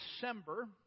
December